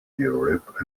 europe